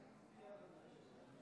היושב-ראש, חברי וחברות הכנסת הנכבדים,